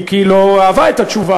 אם כי היא לא אהבה את התשובה,